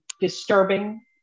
disturbing